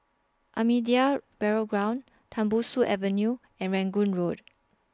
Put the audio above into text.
Ahmadiyya Burial Ground Tembusu Avenue and Rangoon Road